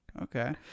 okay